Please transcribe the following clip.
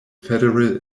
federal